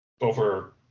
over